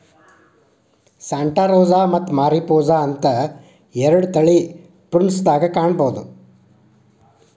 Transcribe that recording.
Santa Rosa ಮತ್ತ Mariposa ಅಂತ ಎರಡು ತಳಿ ಪ್ರುನ್ಸ್ ದಾಗ ಕಾಣಬಹುದ